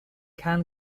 can